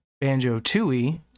Banjo-Tooie